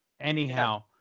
Anyhow